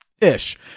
ish